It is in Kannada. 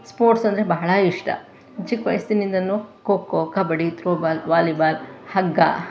ಸ್ಪೋರ್ಟ್ಸ್ ಅಂದರೆ ಬಹಳ ಇಷ್ಟ ಚಿಕ್ಕ ವಯಸ್ಸಿನಿಂದಲೂ ಕೊಕ್ಕೋ ಕಬಡ್ಡಿ ತ್ರೋಬಾಲ್ ವಾಲಿಬಾಲ್ ಹಗ್ಗ